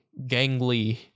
gangly